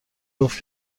گفت